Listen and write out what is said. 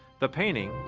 the painting,